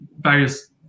various